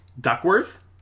Duckworth